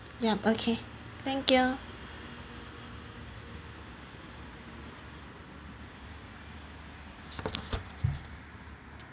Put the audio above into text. yup okay thank you